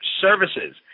services